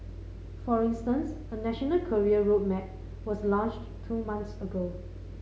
for instance a national career road map was launched two months ago